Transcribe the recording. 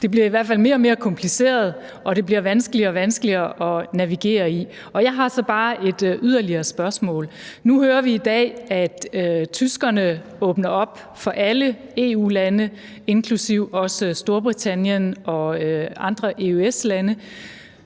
hvert fald mere og mere kompliceret, og det bliver vanskeligere og vanskeligere at navigere i det. Jeg har så bare et yderligere spørgsmål. Nu hører vi i dag, at tyskerne åbner op for alle EU-lande, inklusive Storbritannien og andre EØS-lande.